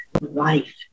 life